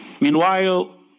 Meanwhile